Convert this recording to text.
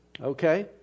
Okay